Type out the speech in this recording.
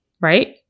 right